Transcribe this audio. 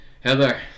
Heather